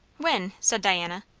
when? said diana.